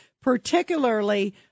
particularly